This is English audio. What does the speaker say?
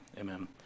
Amen